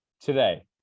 Today